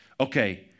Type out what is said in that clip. okay